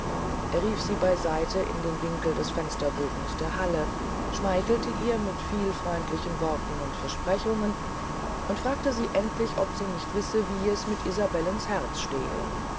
er rief sie bey seite in den winkel des fensterbogens der halle schmeichelte ihr mit viel freundlichen worten und versprechungen und fragte sie endlich ob sie nicht wisse wie es mit isabellens herzen stehe